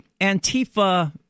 Antifa